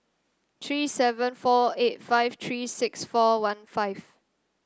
three seven four eight five three six four one five